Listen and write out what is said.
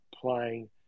playing